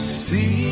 see